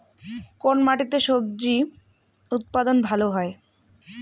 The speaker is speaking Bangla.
কোন মাটিতে স্বজি উৎপাদন ভালো হয়?